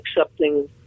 accepting